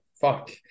Fuck